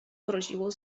groziło